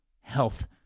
health